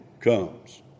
comes